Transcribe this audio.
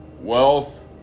wealth